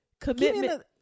Commitment